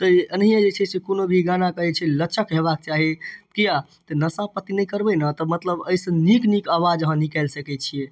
तऽ एनाहिये जे छै से कोनो भी गानाके जे छै लचक हेबाक चाही किया तऽ नशा पाती करबै ने तऽ मतलब अइ सँ नीक नीक आवाज अहाँ निकालि सकै छियै